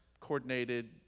coordinated